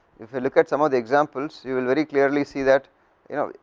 if you look at some other examplesyou will very clearly see that you know,